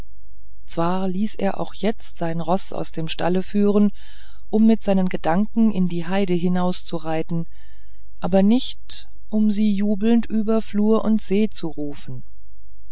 zwar ließ er auch jetzt sein roß aus dem stalle führen um mit seinen gedanken in die heide hinauszureiten aber nicht um sie jubelnd über flur und see zu rufen